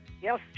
Yes